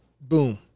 boom